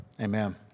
Amen